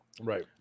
right